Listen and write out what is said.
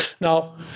Now